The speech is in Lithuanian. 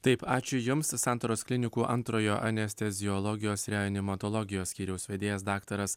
taip ačiū jums santaros klinikų antrojo anesteziologijos reanimatologijos skyriaus vedėjas daktaras